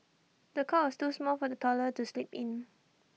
the cot was too small for the toddler to sleep in